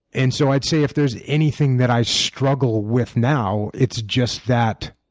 and so i'd say if there's anything that i struggle with now, it's just that